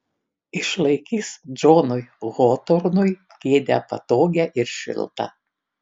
išlaikys džonui hotornui kėdę patogią ir šiltą